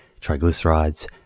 triglycerides